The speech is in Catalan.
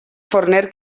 forner